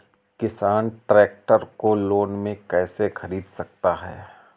किसान ट्रैक्टर को लोन में कैसे ख़रीद सकता है?